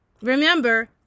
Remember